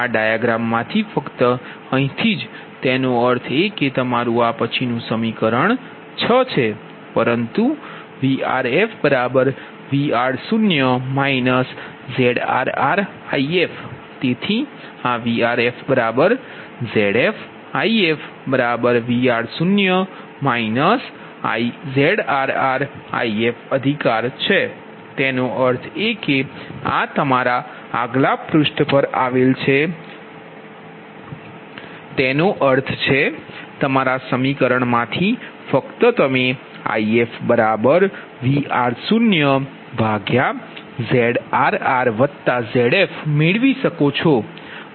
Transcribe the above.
આ ડાયાગ્રામ માંથી ફક્ત અહીંથી જ તેનો અર્થ એ કે તમારું આ પછીનું સમીકરણ 6 છે પરંતુ VrfVr0 ZrrIf તેથી આ VrfZfIfVr0 ZrrIf અધિકાર તેનો અર્થ એ કે આ તમારા આગલા પૃષ્ઠ પર આવે છે તેનો અર્થ છે તમારા આ સમીકરણમાંથી ફક્ત તમે IfVr0ZrrZf મેળવી શકો છો